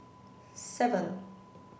seven